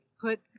put